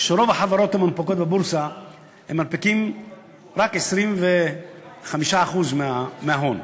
שרוב החברות המונפקות בבורסה מנפיקות רק 25% מההון.